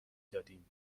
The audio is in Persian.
دادیم